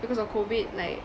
because of COVID like